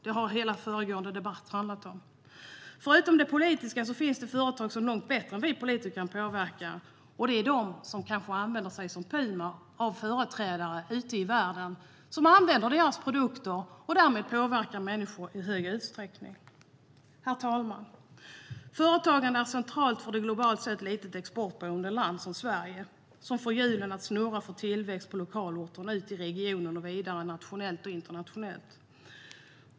Det handlade hela den föregående debatten om. Förutom det politiska finns det företag som långt bättre än vi politiker kan påverka, och de påverkar människor i stor utsträckning. Ett exempel är Puma, som använder sig av företrädare ute i världen som använder deras produkter och därmed påverkar människor på olika sätt. Herr talman! Företagande är centralt för ett globalt sett litet exportberoende land som Sverige och för att få hjulen att snurra för tillväxt på lokalorter ut i regioner och vidare nationellt och internationellt.